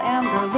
Amber